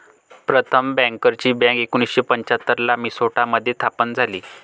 प्रथम बँकर्सची बँक एकोणीसशे पंच्याहत्तर ला मिन्सोटा मध्ये स्थापन झाली